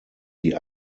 die